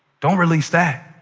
don't release that.